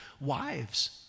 wives